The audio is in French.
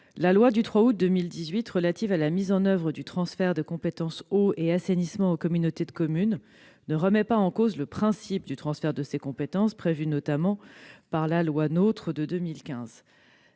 la loi du 3 août 2018 relative à la mise en oeuvre du transfert de compétences eau et assainissement aux communautés de communes ne remet pas en cause le principe du transfert de ces compétences, prévu notamment par la loi du 7 août 2015